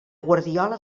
guardiola